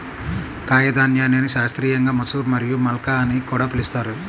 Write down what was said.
కాయధాన్యాన్ని శాస్త్రీయంగా మసూర్ మరియు మల్కా అని కూడా పిలుస్తారు